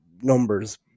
numbers